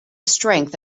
strength